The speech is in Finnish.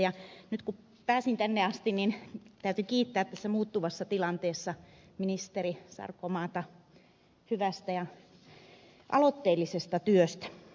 nyt kun pääsin tänne asti niin täytyy kiittää tässä muuttuvassa tilanteessa ministeri sarkomaata hyvästä ja aloitteellisesta työstä